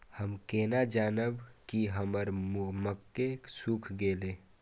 हम केना जानबे की हमर मक्के सुख गले?